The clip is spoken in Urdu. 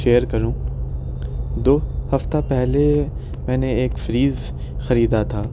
شیئر کروں دو ہفتہ پہلے میں نے ایک فریز خریدا تھا